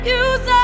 use